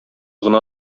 гына